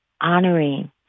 honoring